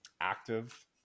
active